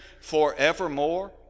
forevermore